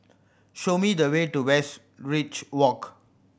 show me the way to Westridge Walk